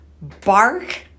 bark